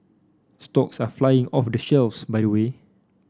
stocks are flying off the shares by the way